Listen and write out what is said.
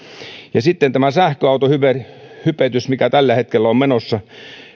sitten tämä sähköautohypetys mikä tällä hetkellä on menossa